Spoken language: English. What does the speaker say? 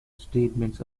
statements